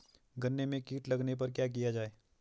गन्ने में कीट लगने पर क्या किया जाये?